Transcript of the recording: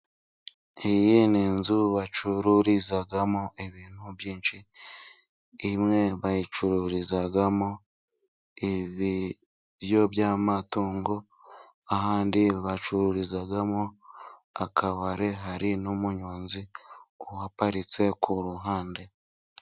Iyi ni nzu bacururizamo ibintu byinshi. Rimwe bayicururizamo ibiryo by'amatungo, ahandi bacururizamo akabare. Hari n'umuyonzi uhaparitse ku ruhande.